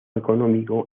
económico